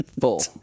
full